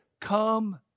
Come